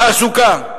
תעסוקה.